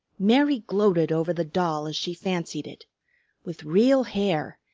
mary gloated over the doll as she fancied it with real hair,